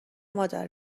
مادر